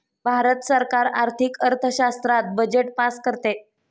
भारत सरकार आर्थिक अर्थशास्त्रात बजेट पास करते